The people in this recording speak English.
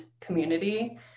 community